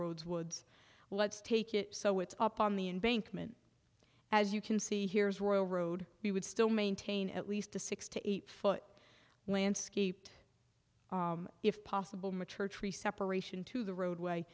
roads woods let's take it so it's up on the in bank mn as you can see here is royal road we would still maintain at least a six to eight foot landscape if possible mature tree separation to the roadway